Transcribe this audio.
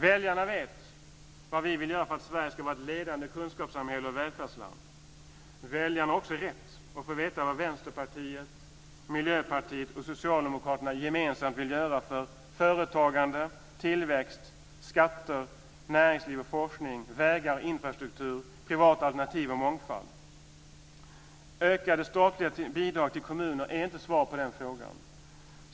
Väljarna vet vad vi vill göra för att Sverige ska vara ett ledande kunskapssamhälle och välfärdsland. Väljarna har också rätt att få veta vad Vänsterpartiet, Miljöpartiet och Socialdemokraterna gemensamt vill göra för företagande, tillväxt, skatter, näringsliv och forskning, vägar och infrastrukturer, privata alternativ och mångfald. Ökade statliga bidrag till kommunerna är inte svar på den frågan.